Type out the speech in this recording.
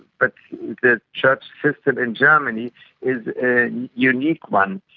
but the church system in germany is a and unique one.